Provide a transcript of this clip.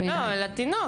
זה מסוכן לתינוק.